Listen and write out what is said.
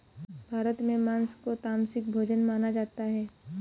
भारत में माँस को तामसिक भोजन माना जाता है